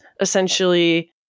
essentially